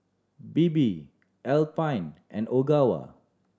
Bebe Alpen and Ogawa